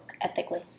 ethically